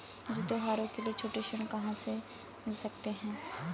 मुझे त्योहारों के लिए छोटे ऋृण कहां से मिल सकते हैं?